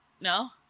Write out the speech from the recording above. no